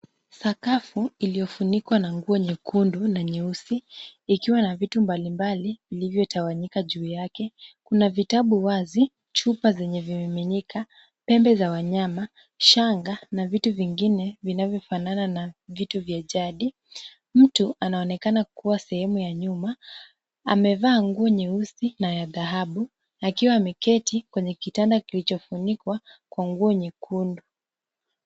Sakafu iliyofunikwa na nguo nyekundu na nyeusi ikiwa na vitu mbalimbali ilivyotawanyika juu yake. Kuna vitabu wazi, chupa zenye vimiminika, pembe za wanyama, shanga na vitu vingine vinavyofanana na vitu vya jadi. Mtu anaonekana kuwa sehemu ya nyuma. Amevaa nguo nyeusi na ya dhahabu akiwa ameketi kwenye kitanda kilichofunikwa kwa nguo nyekundu.